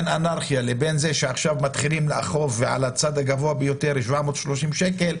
קודם הייתה אנרכיה ועכשיו מתחילים לאכוף בדרגה החמורה ביותר 730 שקל,